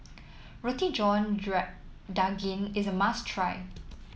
Roti John Daging is a must try